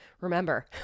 remember